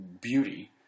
beauty